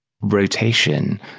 rotation